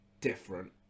different